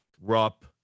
Rupp